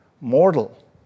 mortal